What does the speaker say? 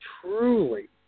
truly